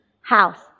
house